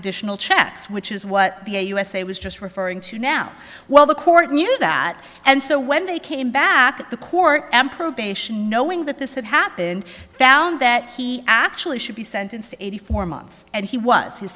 additional checks which is what the usa was just referring to now well the court knew that and so when they came back at the court and probation knowing that this had happened found that he actually should be sentenced eighty four months and he was his